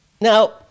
Now